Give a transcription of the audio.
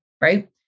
Right